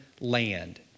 land